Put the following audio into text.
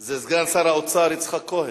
זה סגן שר האוצר יצחק כהן.